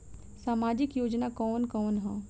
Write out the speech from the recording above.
सामाजिक योजना कवन कवन ह?